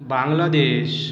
Bangladesh